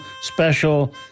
special